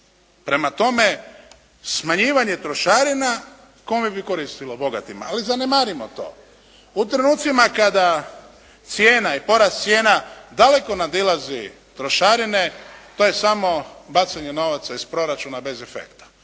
Prema tome, smanjivanje trošarina kome bi koristilo? Bogatima. Ali zanemarimo to. U trenucima kada cijena i porast cijena daleko nadilazi trošarine to je samo bacanje novaca iz proračuna bez efekta.